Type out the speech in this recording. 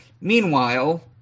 Meanwhile